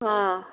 ꯑꯥ